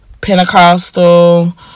Pentecostal